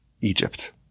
Egypt